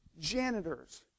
janitors